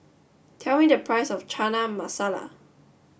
tell me the price of Chana Masala